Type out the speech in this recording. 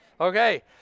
Okay